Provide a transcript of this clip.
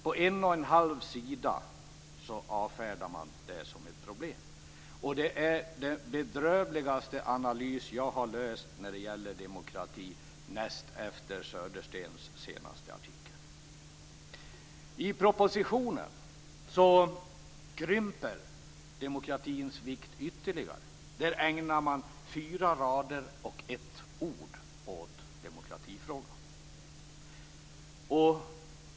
På en och en halv sida avfärdar man det som ett problem. Det är den bedrövligaste analys jag har läst när det gäller demokrati, näst efter Söderstens senaste artikel. I propositionen krymper demokratins vikt ytterligare. Där ägnar man fyra rader och ett ord åt demokratifrågan.